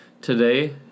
today